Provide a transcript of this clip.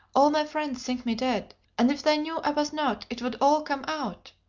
all my friends think me dead, and if they knew i was not it would all come out.